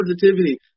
positivity